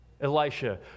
Elisha